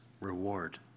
reward